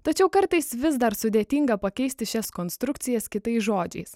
tačiau kartais vis dar sudėtinga pakeisti šias konstrukcijas kitais žodžiais